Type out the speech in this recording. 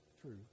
true